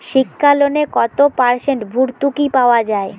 শিক্ষা লোনে কত পার্সেন্ট ভূর্তুকি পাওয়া য়ায়?